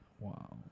Wow